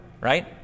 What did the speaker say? right